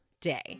day